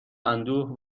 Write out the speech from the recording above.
اندوه